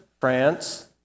France